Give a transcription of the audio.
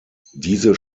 diese